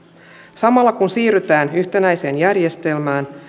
samalla kun siirrytään yhtenäiseen järjestelmään